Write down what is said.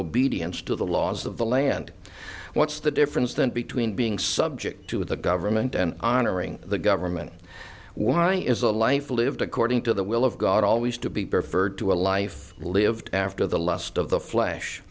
obedience to the laws of the land what's the difference then between being subject to the government and honoring the government why is a life lived according to the will of god always to be preferred to a life lived after the last of the flash